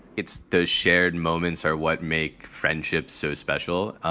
it's those shared moments are what make friendships so special.